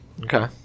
Okay